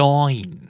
Join